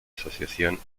asociación